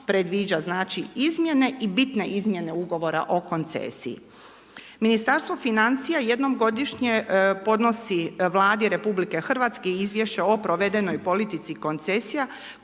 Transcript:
predviđa izmjene i bitne izmjene ugovora o koncesiji. Ministarstvo financija jednom godišnje podnosi Vladi Republike Hrvatske izvješće o provedenoj politici koncesija